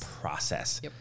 process